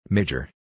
Major